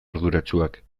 arduratsuak